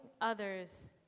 others